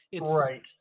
Right